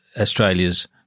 Australia's